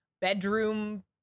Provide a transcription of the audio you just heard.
bedroom